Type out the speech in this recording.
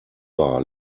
bar